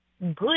good